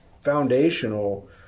foundational